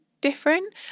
different